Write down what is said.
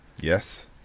Yes